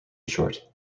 short